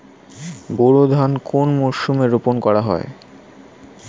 বোরো ধান কোন মরশুমে রোপণ করা হয়?